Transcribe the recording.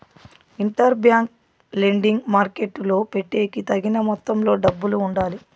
inter bank lending మార్కెట్టులో పెట్టేకి తగిన మొత్తంలో డబ్బులు ఉండాలి